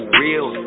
real